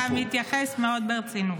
אתה מתייחס מאוד ברצינות.